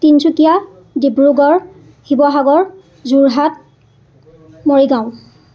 Tinsukia Dibrugarh Sivasagar Jorhat Morigaon